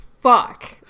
fuck